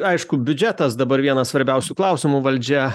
aišku biudžetas dabar vienas svarbiausių klausimų valdžia